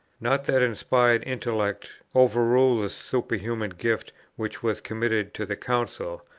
not that uninspired intellect overruled the super-human gift which was committed to the council,